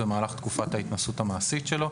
במהלך תקופת ההתנסות המעשית שלו,